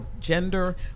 gender